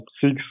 six